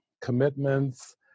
commitments